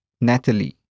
Natalie